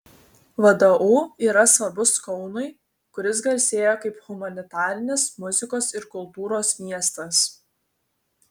vdu yra svarbus kaunui kuris garsėjo kaip humanitarinis muzikos ir kultūros miestas